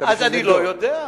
אז אני לא יודע.